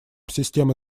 системы